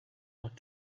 not